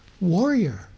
warrior